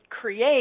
create